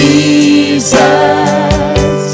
Jesus